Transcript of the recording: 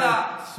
ממשלה שמנה ורחבה.